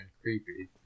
creepy